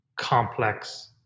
complex